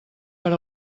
per